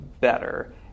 better